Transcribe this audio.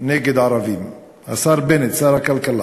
נגד ערבים"; השר בנט, שר הכלכלה.